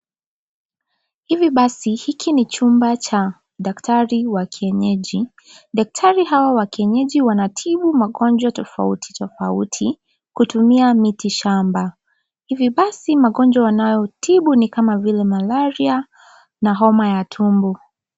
Hivi basi hiki ni chumba cha daktari wa kienyeji. Daktari hawa wa kienyeji wanatibu magonjwa tofauti tofauti kutumia miti shamba hivi basi magonjwa anayotibu ni kama vile malaria na homa ya tumbo.